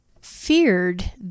feared